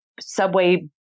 subway